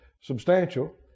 substantial